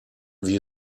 wie